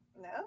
No